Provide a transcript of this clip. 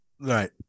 Right